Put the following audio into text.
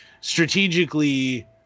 strategically